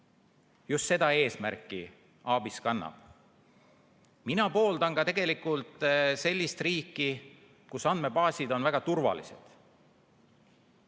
Just seda eesmärki ABIS kannab. Mina pooldan ka tegelikult sellist riiki, kus andmebaasid on väga turvalised.